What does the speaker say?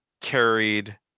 carried